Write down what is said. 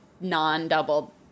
non-double